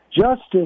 justice